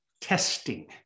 Testing